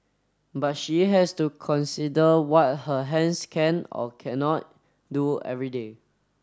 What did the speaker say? but she has to consider what her hands can or cannot do every day